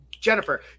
Jennifer